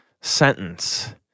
sentence